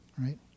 right